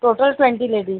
total twenty ladies